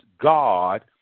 God